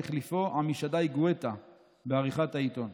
החליפו עמישדי גואטה בעריכת העיתון.